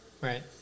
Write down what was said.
right